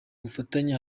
bufatanye